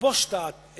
לכבוש את ירושלים,